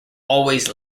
always